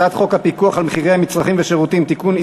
הצעת חוק פיקוח על מחירי מצרכים ושירותים (תיקון,